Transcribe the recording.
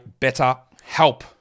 BetterHelp